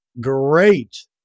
great